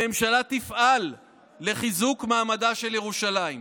הממשלה תפעל לחיזוק מעמדה של ירושלים.